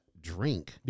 drink